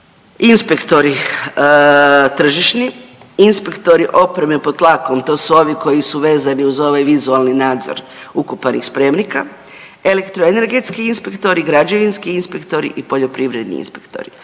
inspektori tržišni, inspektori opreme pod tlakom to su ovi koji su vezani uz ovaj vizualni nadzor ukopanih spremnika, elektroenergetski inspektori, građevinski inspektori i poljoprivredni inspektori.